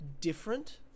different